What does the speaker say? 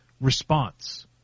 response